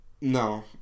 No